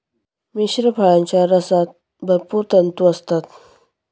मिश्र फळांच्या रसात भरपूर तंतू असतात